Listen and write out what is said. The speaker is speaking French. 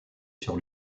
sur